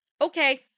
okay